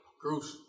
crucial